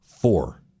four